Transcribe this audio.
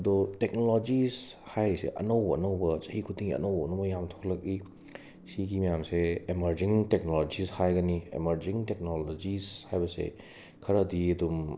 ꯑꯗꯣ ꯇꯦꯛꯅꯣꯂꯣꯖꯤꯁ ꯍꯥꯏꯔꯤꯁꯦ ꯑꯅꯧ ꯑꯅꯧꯕ ꯆꯍꯤ ꯈꯨꯗꯤꯡꯒꯤ ꯑꯅꯧ ꯑꯅꯧꯕ ꯌꯥꯝ ꯊꯣꯛꯂꯛꯏ ꯁꯤꯒꯤ ꯃꯌꯥꯝꯁꯦ ꯑꯦꯃꯔꯖꯤꯡ ꯇꯦꯛꯅꯣꯂꯣꯒꯤꯁ ꯍꯥꯏꯒꯅꯤ ꯑꯦꯃꯔꯖꯤꯡ ꯇꯦꯛꯅꯣꯂꯣꯖꯤꯁ ꯍꯥꯏꯕꯁꯦ ꯈꯔꯗꯤ ꯑꯗꯨꯝ